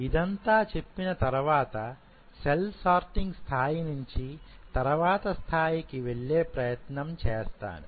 ఇదంతా చెప్పిన తర్వాత సెల్ సార్టింగ్ స్థాయి నుంచి తర్వాత స్థాయికి వెళ్ళే ప్రయత్నం చేస్తాను